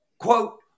Quote